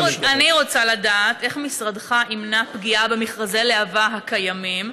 אני רוצה לדעת איך משרדך ימנע פגיעה במכרזי להב"ה הקיימים,